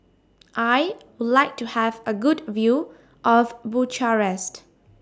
I Would like to Have A Good View of Bucharest